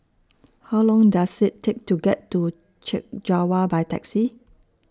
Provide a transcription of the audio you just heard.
How Long Does IT Take to get to Chek Jawa By Taxi